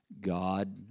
God